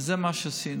זה מה שעשינו.